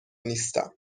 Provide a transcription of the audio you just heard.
نیستم